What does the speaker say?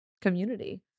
community